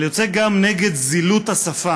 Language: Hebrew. אבל יוצא גם נגד זילות השפה.